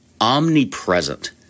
omnipresent